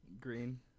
Green